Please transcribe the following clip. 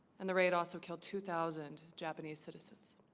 and the raid also killed two thousand japanese citizens